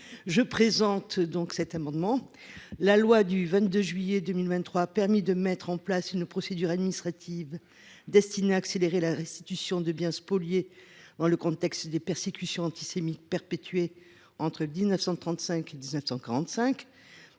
du Sénat sur cet amendement. La loi du 22 juillet 2023 a permis de mettre en place une procédure administrative destinée à accélérer la restitution de biens spoliés dans le contexte des persécutions antisémites perpétrées entre 1933 et 1945.